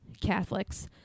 Catholics